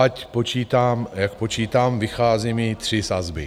Ať počítám, jak počítám, vychází mi tři sazby.